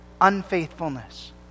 unfaithfulness